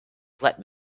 let